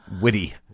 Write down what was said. witty